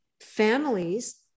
families